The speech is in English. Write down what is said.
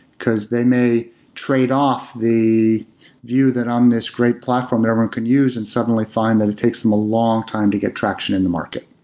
because they may trade off the view that on this great platform that everyone can use and suddenly find that it takes them a long time to get traction in the market.